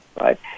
right